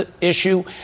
issue